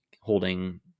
holding